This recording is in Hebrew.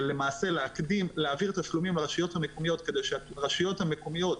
למעשה להעביר תשלומים לרשויות המקומיות כדי שהרשויות המקומיות